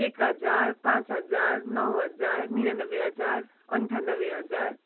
एक हजार पाँच हजार नौ हजार निनानबे हजार अन्ठानब्बे हजार